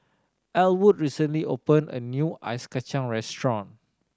Ellwood recently open a new ice kacang restaurant